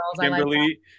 Kimberly